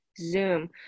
Zoom